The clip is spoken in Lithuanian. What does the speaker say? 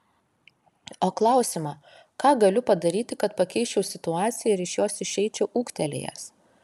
o klausimą ką galiu padaryti kad pakeisčiau situaciją ir iš jos išeičiau ūgtelėjęs